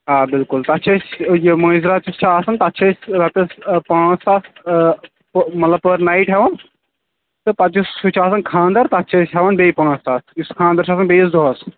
آ بِلکُل تتھ چھِ أسۍ یہِ مٲنٛزٕراتھ چھِ آسان تتھ چھِ أسۍ رۅپیس پانٛژ ساس مطلب پٔر نایِٹ ہیٚوان تہٕ پَتہٕ یُس سُہ چھُ آسان خانٛدر تتھ چھِ أسۍ ہیٚوان بیٚیہِ پانٛژ ساس یُس سُہ خانٛدد چھُ آسان بیٚیِس دۅہس